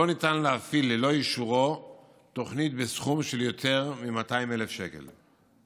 לא ניתן להפעיל ללא אישורו תוכנית בסכום של יותר מ-200,000 שקל.